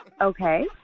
Okay